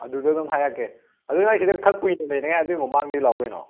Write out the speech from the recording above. ꯑꯗꯨꯗ ꯑꯗꯨꯝ ꯍꯥꯏꯔꯛꯀꯦ ꯑꯗꯨ ꯅꯪ ꯁꯤꯗ ꯈꯔ ꯀꯨꯏꯅ ꯂꯩꯅꯉꯥꯏ ꯑꯗꯨꯏ ꯃꯃꯥꯡꯗꯩ ꯂꯥꯛꯎ ꯀꯩꯅꯣ